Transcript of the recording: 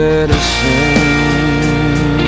Medicine